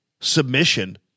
submission –